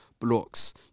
blocks